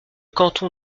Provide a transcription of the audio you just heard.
canton